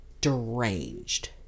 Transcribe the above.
deranged